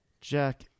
Jack